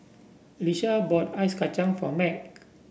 Leshia bought Ice Kacang for Mack